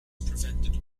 prevented